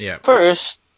First